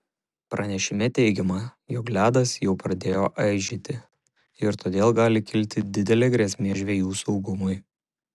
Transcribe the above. pranešime teigiama jog ledas jau pradėjo aižėti ir todėl gali kilti didelė grėsmė žvejų saugumui